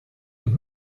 und